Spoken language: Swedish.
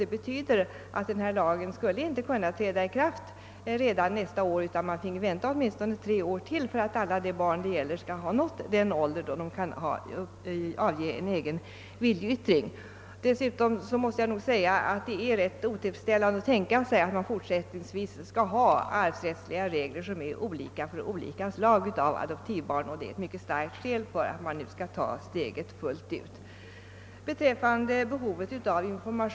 Det betyder att denna lag inte skulle kunna träda i kraft redan nästan år utan att man finge vänta åtminstone tre år till för att alla de barn det gäller skall ha nått en sådan ålder att de kan avge en egen viljeyttring. Dessutom är det rätt otillfredsställan; de att tänka sig att man fortsättningsvis skall ha arvsrättsliga regler som är olika för olika slag av adoptivbarn. Detta är ett mycket starkt skäl för att man nu skall ta steget fullt ut.